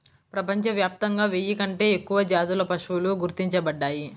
ప్రపంచవ్యాప్తంగా వెయ్యి కంటే ఎక్కువ జాతుల పశువులు గుర్తించబడ్డాయి